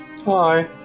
Hi